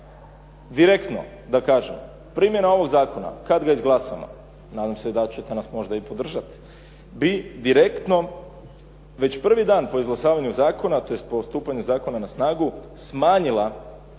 Direktno da kažem primjena ovog zakona kad ga izglasamo, nadam se da ćete nas možda i podržati, bi direktno već prvi dan po izglasavanju zakona tj. po stupanju zakona na snagu smanjila